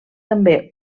també